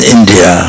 India